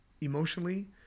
Emotionally